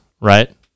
right